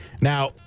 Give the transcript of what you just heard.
now